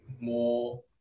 more